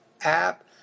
app